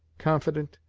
confident,